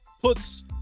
puts